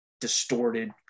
distorted